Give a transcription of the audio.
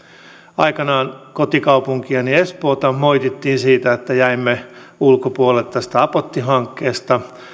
aikanaan kotikaupunkiani espoota moitittiin siitä että jäimme ulkopuolelle tästä apotti hankkeesta